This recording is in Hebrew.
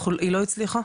היא לא הצליחה.